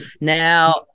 Now